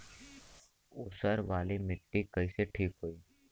ऊसर वाली मिट्टी कईसे ठीक होई?